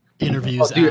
interviews